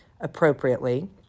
appropriately